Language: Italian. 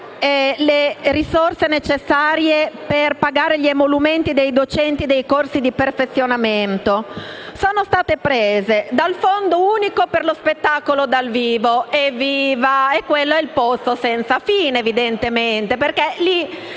le risorse necessarie per pagare gli emolumenti dei docenti dei corsi di perfezionamento: sono state prese dal Fondo unico per lo spettacolo dal vivo. Evviva! Quello è il pozzo senza fine, evidentemente, perché da